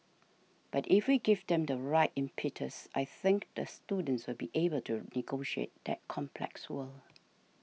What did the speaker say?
but if we give them the right impetus I think the students will be able to negotiate that complex world